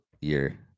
year